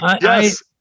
yes